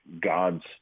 God's